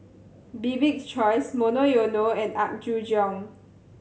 Bibik's Choice Monoyono and Apgujeong